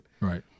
Right